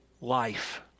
life